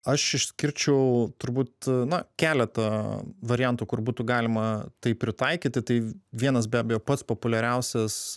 aš išskirčiau turbūt na keletą variantų kur būtų galima tai pritaikyti tai vienas be abejo pats populiariausias